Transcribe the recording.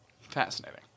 Fascinating